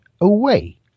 away